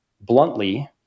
bluntly